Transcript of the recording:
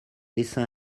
dessin